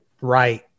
right